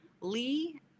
Lee